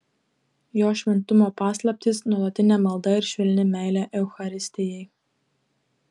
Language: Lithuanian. jo šventumo paslaptys nuolatinė malda ir švelni meilė eucharistijai